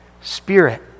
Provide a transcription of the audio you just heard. spirit